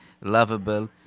lovable